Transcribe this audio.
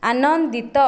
ଆନନ୍ଦିତ